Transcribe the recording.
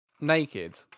naked